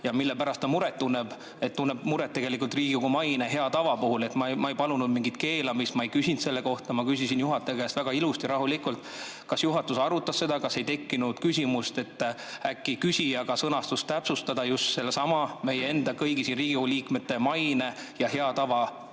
ja mille pärast ta muret tunneb. Tunneb muret tegelikult Riigikogu maine, hea tava pärast. Ma ei palunud mingit keelamist. Ma ei küsinud selle kohta. Ma küsisin juhataja käest väga ilusti, rahulikult, kas juhatus arutas seda, kas ei tekkinud küsimust, et äkki küsijaga sõnastust täpsustada just sellesama meie enda – kõigi Riigikogu liikmete – maine ja hea tava